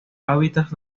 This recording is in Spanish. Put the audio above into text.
hábitats